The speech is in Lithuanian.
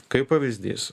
kaip pavyzdys